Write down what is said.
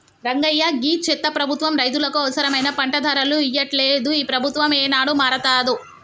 రంగయ్య గీ చెత్త ప్రభుత్వం రైతులకు అవసరమైన పంట ధరలు ఇయ్యట్లలేదు, ఈ ప్రభుత్వం ఏనాడు మారతాదో